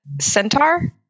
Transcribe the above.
centaur